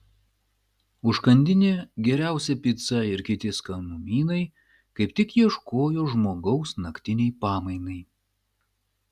užkandinė geriausia pica ir kiti skanumynai kaip tik ieškojo žmogaus naktinei pamainai